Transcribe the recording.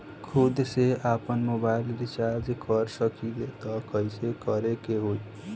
खुद से आपनमोबाइल रीचार्ज कर सकिले त कइसे करे के होई?